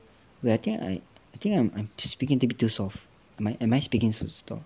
wait I think I think I'm speaking a bit too soft am I am I speaking too soft